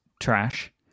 trash